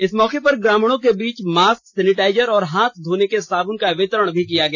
इस मौके पर ग्रामीणों के बीच मास्क सैनिटाइजर और हाथ धोने के साबुन का वितरण किया गया